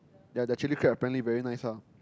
ya their chilli crab apparently very nice lah